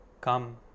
Come